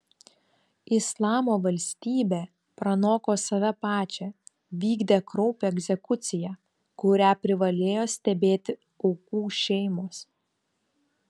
islamo valstybė pranoko save pačią vykdė kraupią egzekuciją kurią privalėjo stebėti aukų šeimos